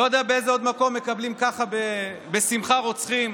לא יודע באיזה עוד מקום מקבלים ככה בשמחה רוצחים.